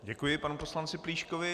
Děkuji panu poslanci Plíškovi.